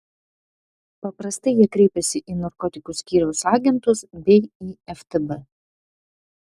paprastai jie kreipiasi į narkotikų skyriaus agentus bei į ftb